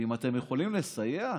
ואם אתם יכולים לסייע,